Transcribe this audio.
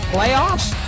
Playoffs